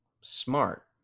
smart